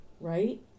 right